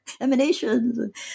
emanations